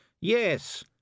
Yes